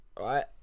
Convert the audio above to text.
Right